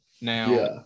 Now